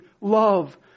love